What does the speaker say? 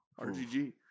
RGG